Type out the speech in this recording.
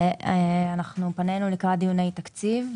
אנחנו פנינו לקראת דיוני תקציב,